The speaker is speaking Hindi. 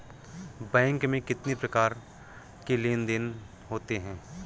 बैंक में कितनी प्रकार के लेन देन देन होते हैं?